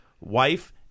wife